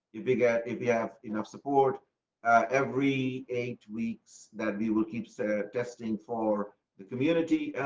you big. ah if you have enough support every eight weeks that we will keeps their testing for the community,